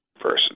person